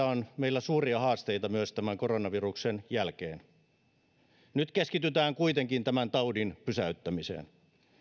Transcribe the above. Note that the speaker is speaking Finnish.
on edessä suuria haasteita myös tämän koronaviruksen jälkeen nyt keskitytään kuitenkin tämän taudin pysäyttämiseen